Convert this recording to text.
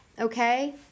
Okay